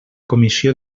comissió